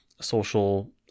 social